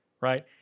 right